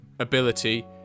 ability